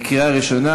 קריאה ראשונה.